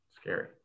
scary